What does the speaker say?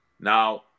now